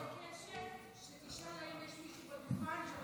אני מבקשת שתשאל אם יש מישהו שרוצה לדבר בדוכן.